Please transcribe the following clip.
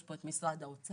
יש פה את משרד האוצר,